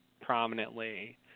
prominently